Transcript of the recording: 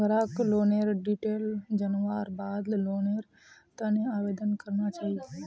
ग्राहकक लोनेर डिटेल जनवार बाद लोनेर त न आवेदन करना चाहिए